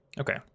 Okay